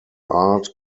art